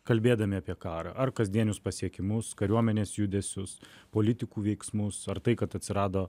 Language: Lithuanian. kalbėdami apie karą ar kasdienius pasiekimus kariuomenės judesius politikų veiksmus ar tai kad atsirado